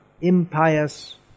impious